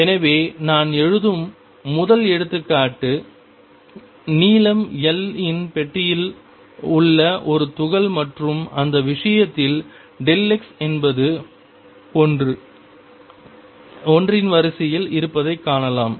எனவே நான் எடுக்கும் முதல் எடுத்துக்காட்டு நீளம் L இன் பெட்டியில் உள்ள இந்த துகள் மற்றும் இந்த விஷயத்தில் x என்பது L இன் வரிசையில் இருப்பதைக் காணலாம்